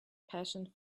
passion